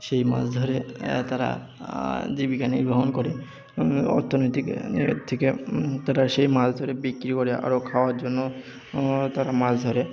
সেই মাছ ধরে তারা জীবিকা নির্বাহণ করে অর্থনৈতিক ইয়ের থেকে তারা সেই মাছ ধরে বিক্রি করে আরও খাওয়ার জন্য তারা মাছ ধরে